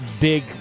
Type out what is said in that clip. big